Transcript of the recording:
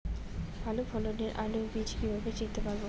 ভালো ফলনের আলু বীজ কীভাবে চিনতে পারবো?